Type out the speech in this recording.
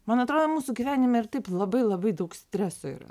man atrodo mūsų gyvenime ir taip labai labai daug streso ir